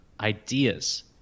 ideas